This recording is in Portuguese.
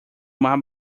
mar